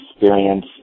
experience